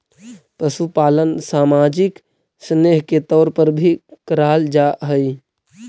पशुपालन सामाजिक स्नेह के तौर पर भी कराल जा हई